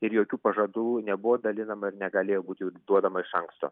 ir jokių pažadų nebuvo dalinama ir negalėjo būti jų duodama iš anksto